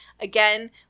again